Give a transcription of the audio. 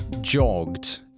jogged